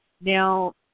Now